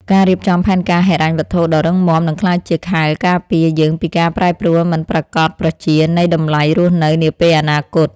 ការរៀបចំផែនការហិរញ្ញវត្ថុដ៏រឹងមាំនឹងក្លាយជាខែលការពារយើងពីការប្រែប្រួលមិនប្រាកដប្រជានៃតម្លៃរស់នៅនាពេលអនាគត។